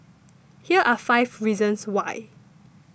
here are five reasons why